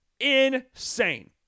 Insane